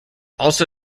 also